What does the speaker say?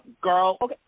girl